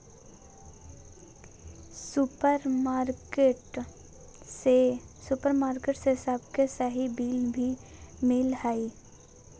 supermarket से सबके सही बिल भी मिला हइ